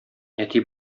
әти